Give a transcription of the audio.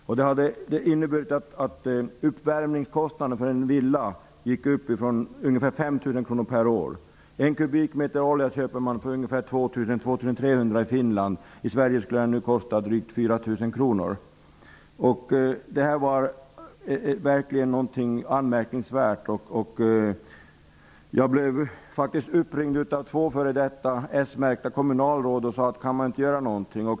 Det hade inneburit att uppvärmningskostnaderna för en villa steg till ungefär 5 000 kr per år. En kubikmeter olja köper man för 2 000--2 300 i Finland. I Sverige skulle den kosta drygt 4 000 kr. Detta var verkligen anmärkningsvärt. Jag blev uppringd av två f.d. s-märkta kommunalråd som undrade om man inte kunde göra något.